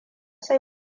sai